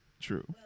True